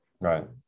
Right